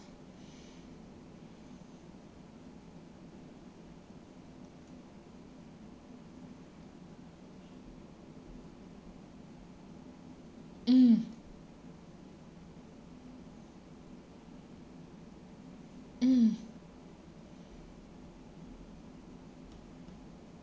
mm mm